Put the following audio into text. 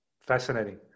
Fascinating